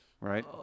right